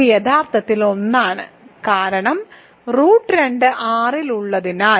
ഇത് യഥാർത്ഥത്തിൽ 1 ആണ് കാരണം റൂട്ട് 2 R ൽ ഉള്ളതിനാൽ